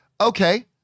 Okay